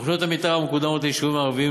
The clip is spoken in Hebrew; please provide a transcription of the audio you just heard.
תוכניות המתאר המקודמות ליישובים הערביים